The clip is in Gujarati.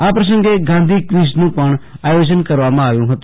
આ પ્રસંગે ગાંધી ક્વિઝ નું પણ આયોજન કરવામાં આવ્યુ હતું